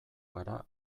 gara